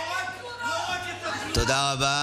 לא רק את התלונה, תודה רבה.